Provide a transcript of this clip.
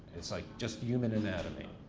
it's like, just human anatomy.